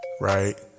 Right